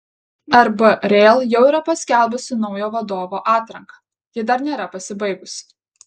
rb rail jau yra paskelbusi naujo vadovo atranką ji dar nėra pasibaigusi